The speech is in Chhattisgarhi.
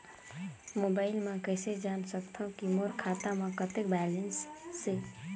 मोबाइल म कइसे जान सकथव कि मोर खाता म कतेक बैलेंस से?